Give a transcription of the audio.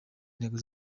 ntego